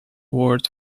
word